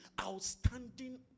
outstanding